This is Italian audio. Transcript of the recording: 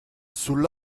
sul